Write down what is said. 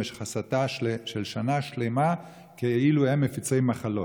הסתה במשך שנה שלמה כאילו הם מפיצי מחלות.